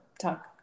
talk